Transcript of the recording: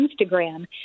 Instagram